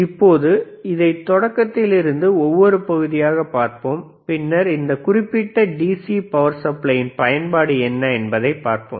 இப்போது இதை தொடக்கத்தில் இருந்து ஒவ்வொரு பகுதியாக பார்ப்போம் பின்னர் இந்த குறிப்பிட்ட டிசி பவர் சப்ளையின் பயன்பாடு என்ன என்பதைப் பார்ப்போம்